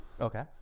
Okay